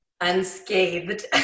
unscathed